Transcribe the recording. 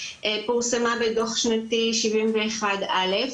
פורסמה בדוח שנתי 71א',